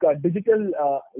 digital